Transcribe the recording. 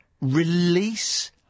release